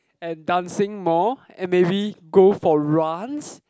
and dancing more and maybe go for runs